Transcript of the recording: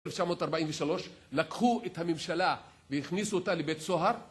ב-1943 לקחו את הממשלה והכניסו אותה לבית סוהר